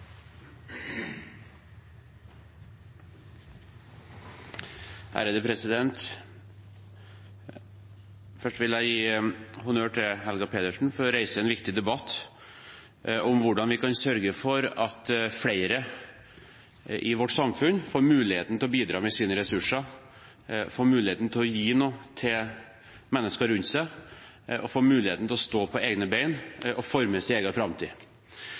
viktig debatt om hvordan vi kan sørge for at flere i vårt samfunn får muligheten til å bidra med sine ressurser, muligheten til å gi noe til mennesker rundt seg og muligheten til å stå på egne bein og forme sin egen framtid.